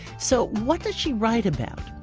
so what does she write about?